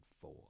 four